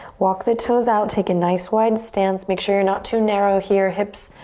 walk the toes out. take a nice wide stance. make sure you're not too narrow here. hips,